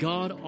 God